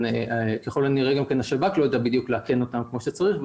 שככל הנראה השב"כ לא יודע לאכן אותם כמו שצריך,